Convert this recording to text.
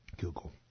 Google